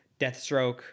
Deathstroke